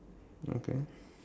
okay